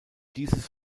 dieses